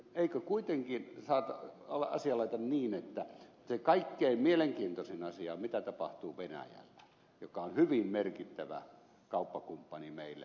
eikö kuitenkin ole asianlaita niin että se kaikkein mielenkiintoisin asia on mitä tapahtuu venäjällä joka on hyvin merkittävä kauppakumppani meille